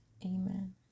Amen